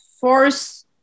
force